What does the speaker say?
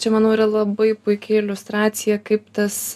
čia manau yra labai puiki iliustracija kaip tas